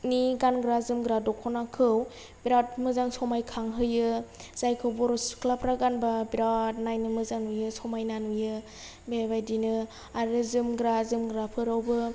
गानग्रा जोमग्रा दख'नाखौ बिराद मोजां समायखांहोयो जायखौ बर' सिख्लाफोरा गानब्ला बिराद नायनो मोजां नुयो समायना नुयो बेबायदिनो आरो जोमग्रा जोमग्राफोरावबो